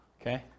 Okay